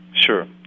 Sure